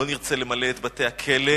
לא נרצה למלא את בתי-הכלא,